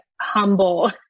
humble